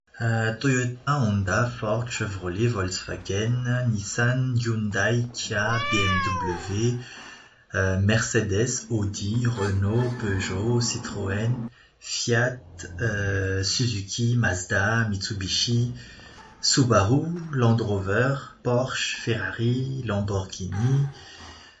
Toyota, Honda, Ford, Chevrolet, Wolksvagen, Nissan, Hyundai, Kia, BMW, Mercedes, Audi, Renault, Peugeot, Citroen, Fiat, Suzuki, Mazda, Mitsubushi, Subaru, Land Rover, Porsche, Ferrari, Lamborghini.